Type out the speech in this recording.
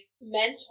mentor